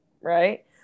right